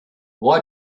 why